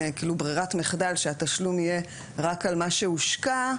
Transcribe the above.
כאילו ברירת מחדל שהתשלום יהיה רק על מה שהושקע,